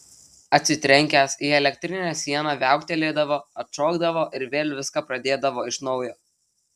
atsitrenkęs į elektrinę sieną viauktelėdavo atšokdavo ir vėl viską pradėdavo iš naujo